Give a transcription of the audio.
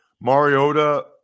Mariota